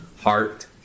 heart